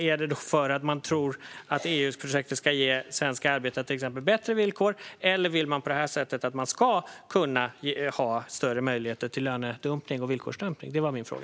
Är det för att man tror att EU-projektet ska ge svenska arbetare bättre villkor, eller vill man på det här sättet få större möjligheter till löne och villkorsdumpning? Det var min fråga.